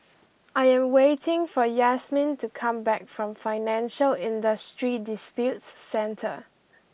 I am waiting for Yasmine to come back from Financial Industry Disputes Centre